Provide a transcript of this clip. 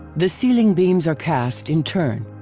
the ceiling beams are cast in turn.